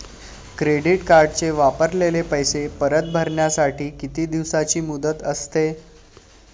Credit कार्डचे वापरलेले पैसे परत भरण्यासाठी किती दिवसांची मुदत असते?